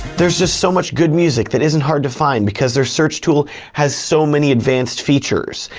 there's just so much good music that isn't hard to find because their search tool has so many advanced features.